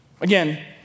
Again